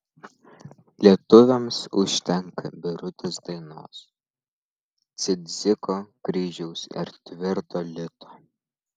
lietuviams užtenka birutės dainos cidziko kryžiaus ir tvirto lito